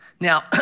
Now